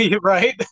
Right